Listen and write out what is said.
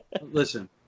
listen